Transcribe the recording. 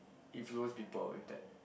influence people with that